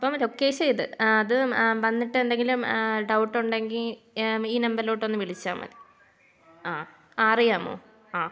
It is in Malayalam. അപ്പം ലൊക്കേഷൻ ഇത് അത് വന്നിട്ട് എന്തെങ്കിലും ഡൗട്ട് ഉണ്ടെങ്കിൽ ഈ നമ്പറിലോട്ട് ഒന്ന് വിളിച്ചാൽ മതി ആ അറിയാമോ ആ